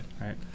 right